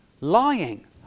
Lying